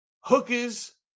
Hookers